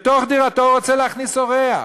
בתוך דירתו רוצה להכניס אורח.